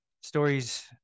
stories